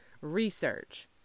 research